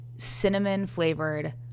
cinnamon-flavored